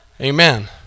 Amen